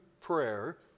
prayer